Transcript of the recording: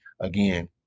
again